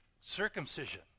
circumcision